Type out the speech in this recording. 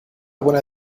buena